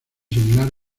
similar